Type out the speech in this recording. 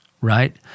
right